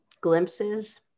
glimpses